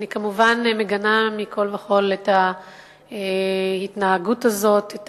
אני כמובן מגנה מכול וכול את ההתנהגות הזאת, את